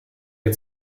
wir